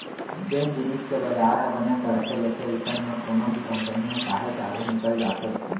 जेन जिनिस के बजार ह बने पकड़े लेथे अइसन म कोनो भी कंपनी ह काहेच आघू निकल जाथे